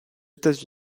états